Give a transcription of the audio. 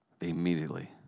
Immediately